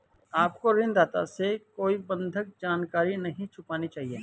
आपको ऋणदाता से कोई बंधक जानकारी नहीं छिपानी चाहिए